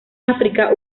áfrica